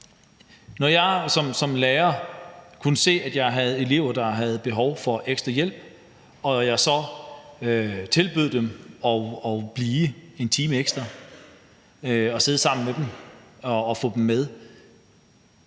når jeg som lærer kunne se, at jeg havde elever, der havde behov for ekstra hjælp, og jeg så tilbød dem at blive en time ekstra og sidde sammen med dem og få dem med,